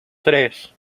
tres